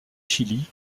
chili